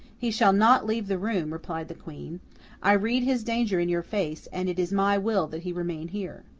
he shall not leave the room replied the queen i read his danger in your face, and it is my will that he remain here